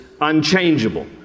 unchangeable